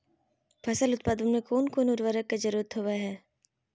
फसल उत्पादन में कोन कोन उर्वरक के जरुरत होवय हैय?